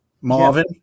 Marvin